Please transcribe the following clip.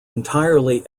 entirely